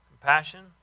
compassion